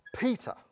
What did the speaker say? Peter